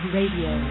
Radio